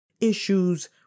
issues